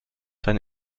sein